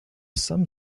some